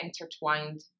intertwined